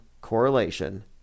correlation